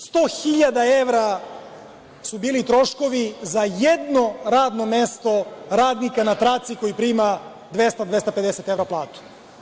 Dakle, 100 hiljada evra su bili troškovi za jedno radno mesto radnika na traci koji prima 200, 250 evra platu.